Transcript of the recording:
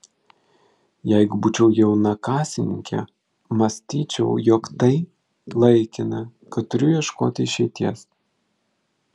jeigu būčiau jauna kasininkė mąstyčiau jog tai laikina kad turiu ieškoti išeities